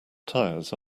tires